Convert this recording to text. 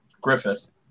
Griffith